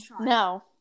No